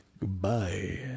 goodbye